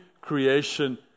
creation